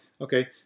Okay